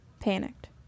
panicked